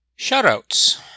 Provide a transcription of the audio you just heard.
Shoutouts